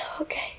Okay